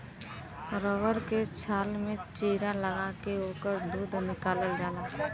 rubber के छाल में चीरा लगा के ओकर दूध निकालल जाला